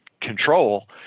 control